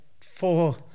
four